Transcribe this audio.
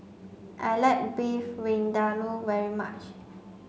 I like Beef Vindaloo very much